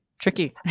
tricky